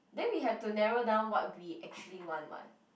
then we have to narrow down what we actually want [what]